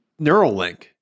Neuralink